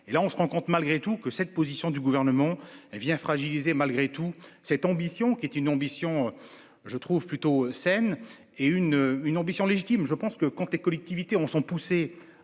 et là on se rend compte malgré tout que cette position du gouvernement, elle vient fragiliser malgré tout cette ambition qui est une ambition je trouve plutôt saine et une une ambition légitime, je pense que comptez collectivités ont sont poussés